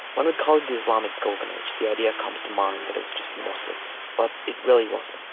when we call it the islamic golden age, the idea comes to mind that it was just muslims but it really wasn't.